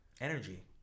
energy